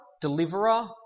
deliverer